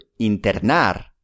internar